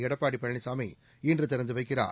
எடப்பாடி பழனிசாமி இன்று திறந்து வைக்கிறார்